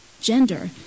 Gender